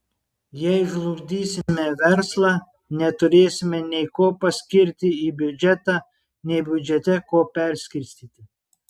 jei žlugdysime verslą neturėsime nei ko paskirti į biudžetą nei biudžete ko perskirstyti